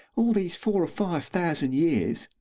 all these four or five thousand years.